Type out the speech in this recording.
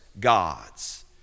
gods